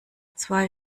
zwei